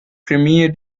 premier